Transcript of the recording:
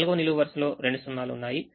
4వ నిలువు వరుసలో రెండు 0 లు ఉన్నాయి